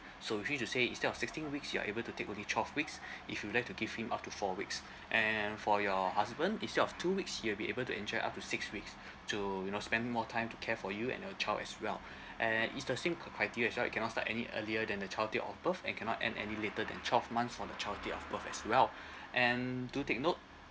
so which mean to say instead of sixteen weeks you are able to take will be twelve weeks if you'd like to give him up to four weeks and for your husband instead of two weeks he'll be able to enjoy up to six weeks to you know spend more time to care for you and your child as well and it's the same criteria as well it cannot start any earlier than the child date of birth and cannot end any later than twelve months from the child date of birth as well and do take note